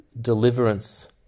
deliverance